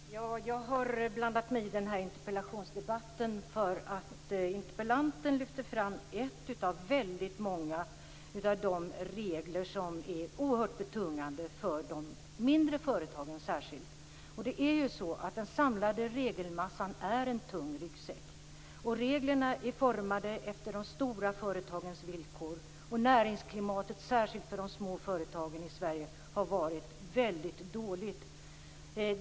Fru talman! Jag har blandat mig i interpellationsdebatten eftersom interpellanten har lyft fram en av de många regler som är oerhört betungande för de mindre företagen. Den samlade regelmassan är en tung ryggsäck. Reglerna är formade efter de stora företagens villkor. Näringsklimatet, särskilt för de små företagen i Sverige, har varit väldigt dåligt.